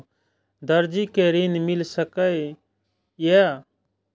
दर्जी कै ऋण मिल सके ये?